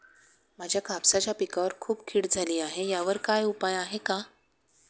माझ्या कापसाच्या पिकावर खूप कीड झाली आहे यावर काय उपाय आहे का?